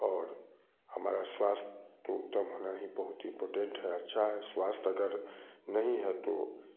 और हमारा स्वास्थ्य तो तब होना ही बहुत ही इम्पोर्टेन्ट है अच्छा है स्वास्थ्य अगर नहीं है तो